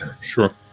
Sure